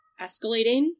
escalating